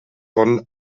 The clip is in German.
von